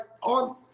on